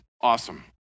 awesome